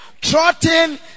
trotting